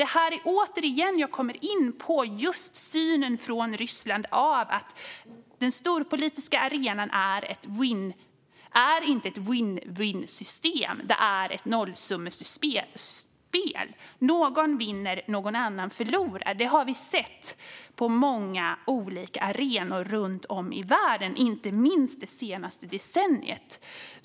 Det är här jag återigen kommer in på Rysslands syn att den storpolitiska arenan inte är ett vinn-vinnsystem utan ett nollsummespel där någon vinner och någon annan förlorar. Det har vi sett på många olika arenor runt om i världen, inte minst det senaste decenniet.